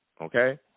okay